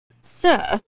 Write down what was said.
Sir